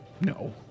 No